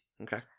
Okay